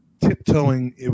tiptoeing